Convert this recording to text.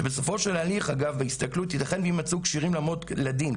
שבסופו של הליך ההסתכלות ייתכן שיימצאו כשירים לעמוד לדין.